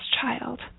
child